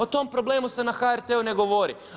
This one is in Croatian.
O tom problemu se na HRT-u ne govori.